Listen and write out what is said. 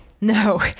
No